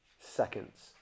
seconds